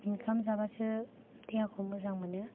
ओंखाम जाबासो देहाखौ मोजां मोनो